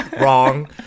wrong